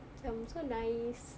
macam so nice